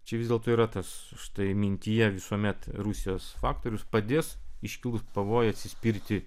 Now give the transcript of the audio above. čia vis dėlto yra tas štai mintyje visuomet rusijos faktorius padės iškilus pavojui atsispirti